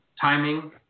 Timing